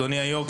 אדוני היו״ר,